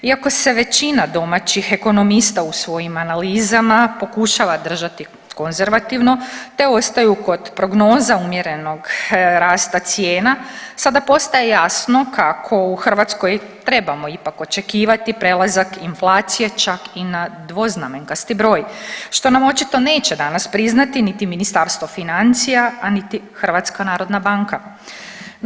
Iako se većina domaćih ekonomista u svojim analizama pokušava držati konzervativno, te ostaju kod prognoza umjerenog rasta cijena sada postaje jasno kako u Hrvatskoj trebamo ipak očekivati prelazak inflacije čak i na dvoznamenkasti broj što nam očito neće danas priznati niti Ministarstvo financija, a niti Hrvatska narodna banka.